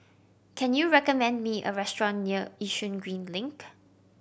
can you recommend me a restaurant near Yishun Green Link